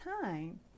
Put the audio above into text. time